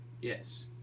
Yes